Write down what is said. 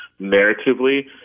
narratively